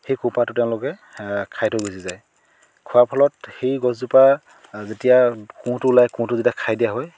সেই কোঁহপাতটো তেওঁলোকে খাই থৈ গুচি যায় খোৱাৰ ফলত সেই গছজোপাৰ যেতিয়া কোঁহটো ওলায় কোঁহটো যেতিয়া খাই দিয়া হয়